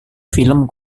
film